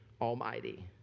Almighty